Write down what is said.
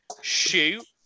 Shoot